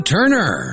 Turner